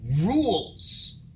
rules